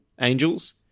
angels